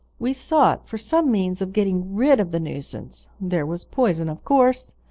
we sought for some means of getting rid of the nuisance there was poison of course,